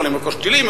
יכולים לרכוש טילים,